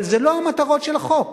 אבל זה לא המטרות של חוק.